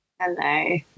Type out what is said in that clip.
Hello